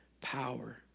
power